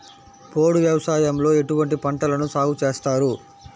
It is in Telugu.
పోడు వ్యవసాయంలో ఎటువంటి పంటలను సాగుచేస్తారు?